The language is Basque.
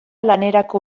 lanerako